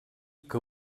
que